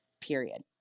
period